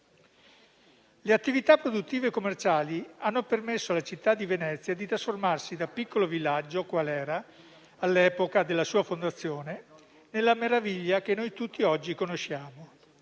Le attività produttive commerciali hanno permesso alla città di Venezia di trasformarsi da piccolo villaggio, qual era all'epoca della sua fondazione, nella meraviglia che noi tutti oggi conosciamo.